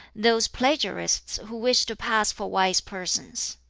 those plagiarists who wish to pass for wise persons.